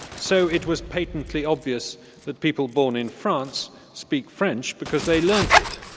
so it was patently obvious that people born in france speak french because they learned it,